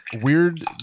Weird